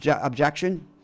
objection